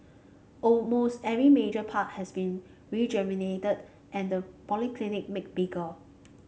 almost every major park has been rejuvenated and the polyclinic made bigger